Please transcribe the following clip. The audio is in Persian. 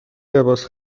لباس